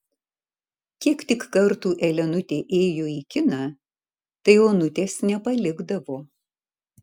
kiek tik kartų elenutė ėjo į kiną tai onutės nepalikdavo